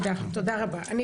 היו אצלי 28 שוטרים,